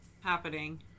happening